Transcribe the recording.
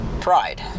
pride